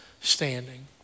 standing